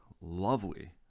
lovely